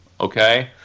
Okay